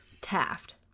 Taft